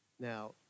Now